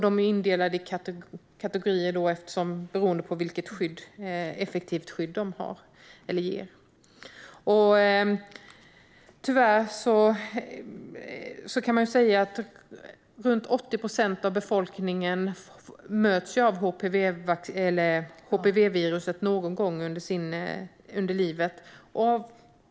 De är indelade i kategorier beroende på hur effektivt skydd de har. Tyvärr möts ju runt 80 procent av befolkningen av HPV-viruset någon gång under sin livstid.